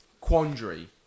quandary